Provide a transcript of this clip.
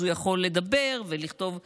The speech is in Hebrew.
אז הוא יכול לדבר ולכתוב בשמו.